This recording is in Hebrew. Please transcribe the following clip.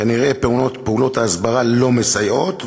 כנראה פעולות ההסברה לא מסייעות,